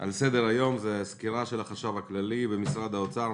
על סדר היום הוא סקירת החשב הכללי במשרד האוצר,